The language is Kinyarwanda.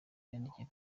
yandikiye